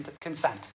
consent